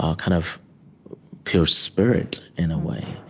um kind of pure spirit, in a way.